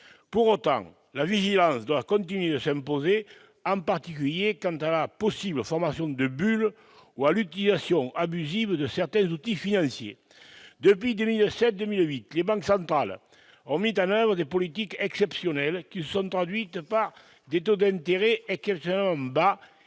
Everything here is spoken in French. Pour autant, la vigilance doit continuer de s'imposer, en particulier s'agissant de la possible formation de bulles ou de l'utilisation abusive de certains outils financiers. Depuis 2007-2008, les banques centrales ont mis en oeuvre des politiques exceptionnelles qui se sont traduites par des taux d'intérêt exceptionnellement bas